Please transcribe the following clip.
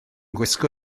gwisgo